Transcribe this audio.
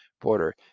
Porter